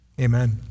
Amen